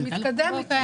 היא ענתה לך?